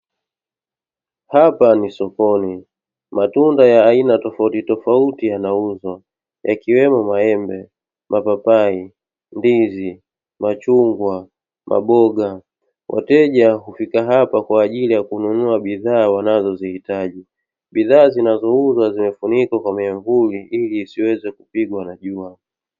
Hapa ni sokoni, matunda ya aina tofautitofauti yanauzwa, yakiwemo maembe, mapapai, ndizi, machungwa na maboga. Wateja hufika hapa kwa ajili ya kununua bidhaa wanazozihitaji. Bidhaa zinazouzwa zimefunikwa kwa miyamvuli ili isiweze kupigwa na jua.